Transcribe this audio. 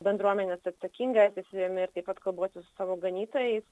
bendruomenės atsakinga seserimi ir taip pat kalbuosi su savo ganytojais